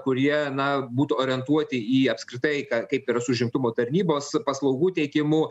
kurie na būtų orientuoti į apskritai ką kaip yra su užimtumo tarnybos paslaugų teikimu